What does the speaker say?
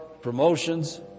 promotions